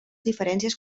diferències